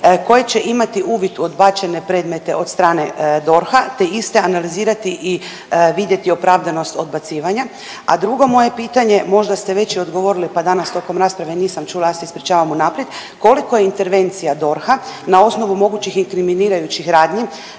koje će imati uvid u odbačene predmete od strane DORH-a te iste analizirati i vidjeti opravdanost odbacivanja? A drugo moje pitanje, možda ste već i odgovorili pa danas tokom rasprave nisam čula, ja se ispričavam unaprijed, koliko je intervencija DORH-a na osnovu mogućih inkriminirajućih radnji